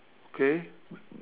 K